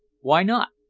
why not?